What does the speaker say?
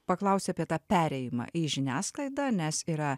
paklausti apie tą perėjimą į žiniasklaidą nes yra